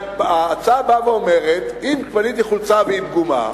ההצעה באה ואומרת: אם קניתי חולצה והיא פגומה,